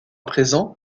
présent